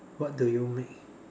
what do you make